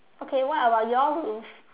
okay what about your roof